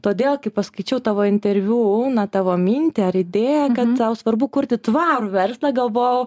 todėl kai paskaičiau tavo interviu na tavo mintį ar idėją kad tau svarbu kurti tvarų verslą galvojau